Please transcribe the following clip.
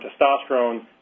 testosterone